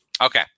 okay